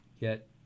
get